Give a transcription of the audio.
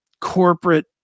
corporate